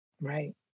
Right